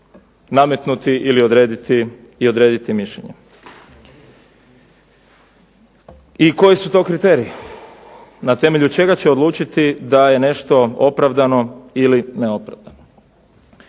nametnuti ili odrediti mišljenje? I koji su to kriteriji. Na temelju čega će odlučiti da je nešto opravdano ili neopravdano?